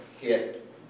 hit